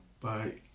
Bye